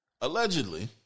allegedly